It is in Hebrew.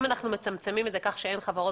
אם אנחנו מצמצמים את זה כך שאין חברות